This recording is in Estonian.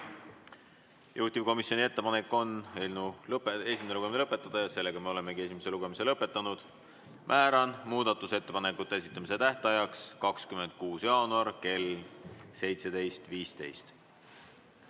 Juhtivkomisjoni ettepanek on eelnõu esimene lugemine lõpetada ja me olemegi esimese lugemise lõpetanud. Määran muudatusettepanekute esitamise tähtajaks 26. jaanuari kell 17.15.